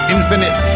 Infinite